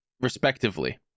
Respectively